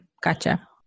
gotcha